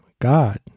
God